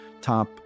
top